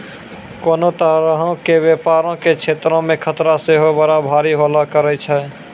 कोनो तरहो के व्यपारो के क्षेत्रो मे खतरा सेहो बड़ा भारी होलो करै छै